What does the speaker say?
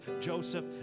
Joseph